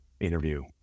interview